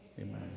Amen